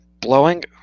blowing